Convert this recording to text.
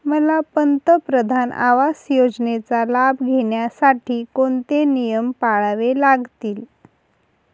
मला पंतप्रधान आवास योजनेचा लाभ घेण्यासाठी कोणते नियम पाळावे लागतील?